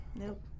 Nope